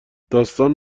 داستانش